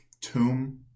tomb